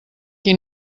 qui